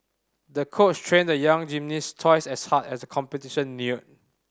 the coach trained the young gymnast twice as hard as the competition neared